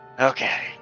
Okay